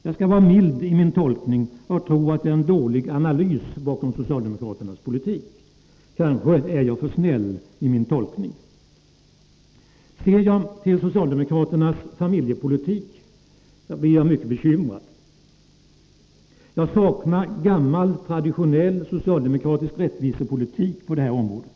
Jag vill vara mild i min tolkning och tro att det är dålig analys bakom socialdemokraternas politik. Kanske är jag för snäll i denna min tolkning. När jag ser till socialdemokraternas familjepolitik blir jag mycket bekymrad. Jag saknar gammal traditionell socialdemokratisk rättvisepolitik på detta område.